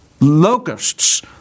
locusts